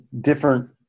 different